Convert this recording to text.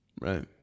right